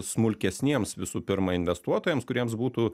smulkesniems visų pirma investuotojams kuriems būtų